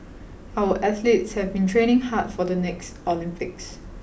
our athletes have been training hard for the next Olympics